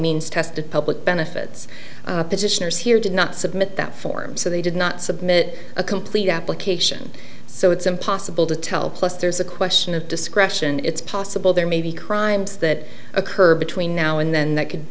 means tested public benefits physicians here did not submit that form so they did not submit a complete application so it's impossible to tell plus there's a question of discretion it's possible there may be crimes that occur between now and then that could